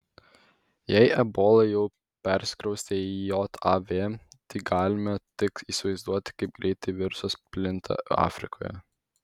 jei ebola jau persikraustė į jav tai galime tik įsivaizduoti kaip greitai virusas plinta afrikoje